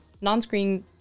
non-screen